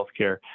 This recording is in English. healthcare